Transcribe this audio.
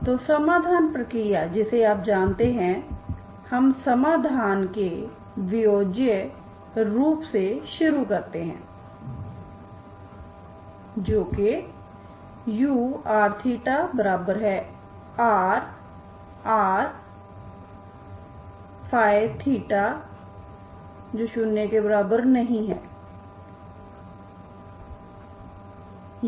तो समाधान प्रक्रिया जिसे आप जानते हैं हम समाधान के वियोज्य रूप से शुरू करते हैं जो कि urθRrϴθ≠0